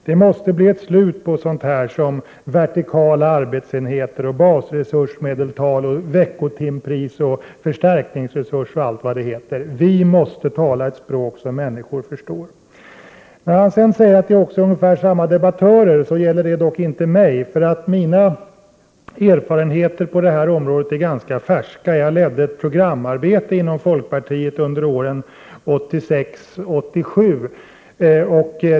Det måste bli ett slut på sådant som vertikala arbetsenheter, basresursmedeltal, veckotimpriser, förstärkningsresurs, och allt vad det heter. Vi måste tala ett språk som människor förstår. När skolministern sedan säger att det också är ungefär samma debattörer gäller det dock inte mig, för mina erfarenheter på detta område är ganska färska. Jag ledde ett programarbete inom folkpartiet under åren 1986 och 1987.